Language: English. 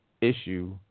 issue